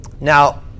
Now